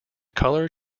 color